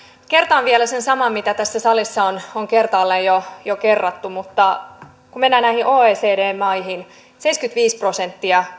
kertaan vielä sen saman mitä tässä salissa on on kertaalleen jo jo kerrattu kun mennään näihin oecd maihin seitsemänkymmentäviisi prosenttia